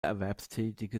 erwerbstätige